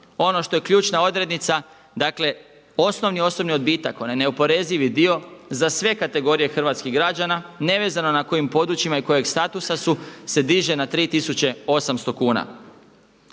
Ono što je ključna odrednica, dakle osnovni osobni odbitak onaj neoporezivi dio za sve kategorije hrvatskih građana nevezano na kojim područjima i kojeg statusa su se diže na 3800 kuna.